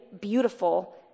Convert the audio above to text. beautiful